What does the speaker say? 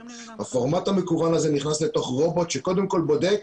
הפורמט המקוון הזה נכנס לתוך רובוט שקודם כל בודק